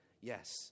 yes